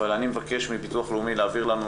אבל אני מבקש מהביטוח הלאומי להעביר לנו